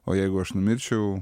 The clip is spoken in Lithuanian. o jeigu aš numirčiau